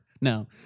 No